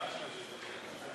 13 חברי כנסת